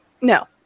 no